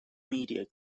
media